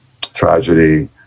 tragedy